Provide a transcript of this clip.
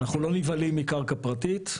אנחנו לא נבהלים מקרקע פרטית,